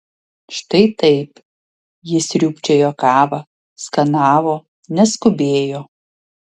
štai taip ji sriūbčiojo kavą skanavo neskubėjo